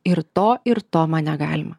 ir to ir to man negalima